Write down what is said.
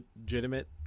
Legitimate